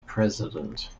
president